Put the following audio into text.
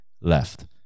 left